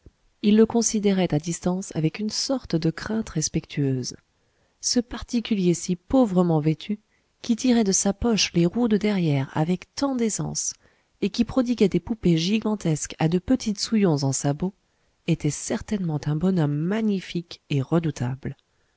ils le considéraient à distance avec une sorte de crainte respectueuse ce particulier si pauvrement vêtu qui tirait de sa poche les roues de derrière avec tant d'aisance et qui prodiguait des poupées gigantesques à de petites souillons en sabots était certainement un bonhomme magnifique et redoutable